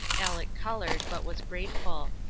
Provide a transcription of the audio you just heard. aleck colored, but was grateful.